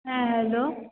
হ্যাঁ হ্যালো